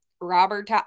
Robert